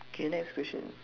K next question